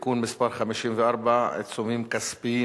ללא מתנגדים וללא נמנעים,